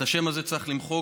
את השם הזה צריך למחוק.